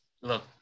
look